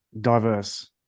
diverse